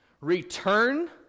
Return